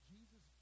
Jesus